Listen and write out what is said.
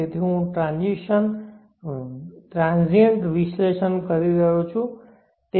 તેથી હું ટ્રાંઝીએન્ટ વિશ્લેષણ કરી રહ્યો છું